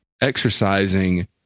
exercising